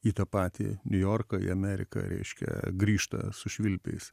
į tą patį niujorką į ameriką reiškia grįžta su švilpiais